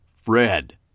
Fred